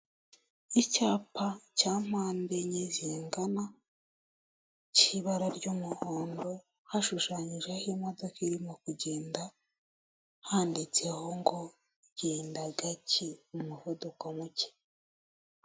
Icyapa cya mpande enye zingana, cy'ibara ry'umuhondo, hashushanyijeho imodoka irimo kugenda, handitseho ngo genda gake, umuvuduko muke.